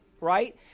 Right